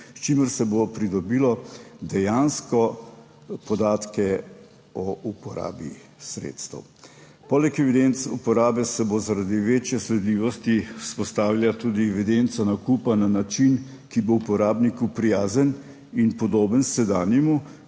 s čimer se bo pridobilo dejanske podatke o uporabi sredstev. Poleg evidenc uporabe se bo zaradi večje sledljivosti vzpostavila tudi evidenca nakupa na način, ki bo uporabniku prijazen in podoben sedanjemu,